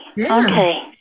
okay